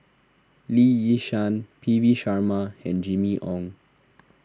Lee Yi Shyan P V Sharma and Jimmy Ong